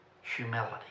humility